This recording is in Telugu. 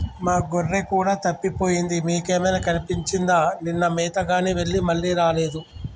మా గొర్రె కూడా తప్పిపోయింది మీకేమైనా కనిపించిందా నిన్న మేతగాని వెళ్లి మళ్లీ రాలేదు